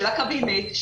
של הקבינט,